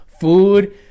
food